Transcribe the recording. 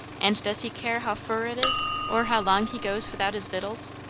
and does he care how fur it is, or how long he goes without his victuals?